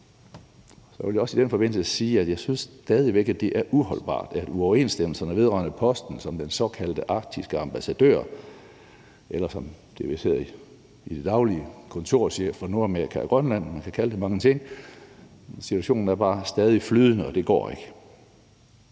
Jeg vil også i den forbindelse sige, at jeg synes, det er uholdbart, at der stadig er uoverensstemmelser vedrørende posten som den såkaldte arktiske ambassadør eller, som det vist det hedder i daglig tale, kontorchef for Nordamerika og Grønland – man kan kalde det mange ting. Situationen er stadig flydende, og det går ikke.